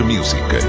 Music